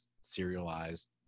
serialized